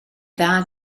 dda